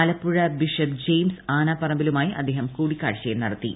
ആലപ്പുഴി bishop James ആനാപ്പറമ്പിലുമായി അദ്ദേഷം കൂടിക്കാഴ്ചയും നടത്തിയിരുന്നു